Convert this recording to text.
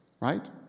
right